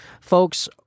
Folks